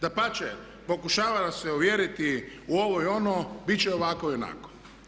Dapače, pokušava se uvjeriti u ovo i ono, bit će ovako i onako.